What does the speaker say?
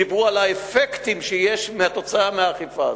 הם דיברו על האפקטים שיש כתוצאה מהאכיפה הזאת.